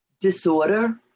disorder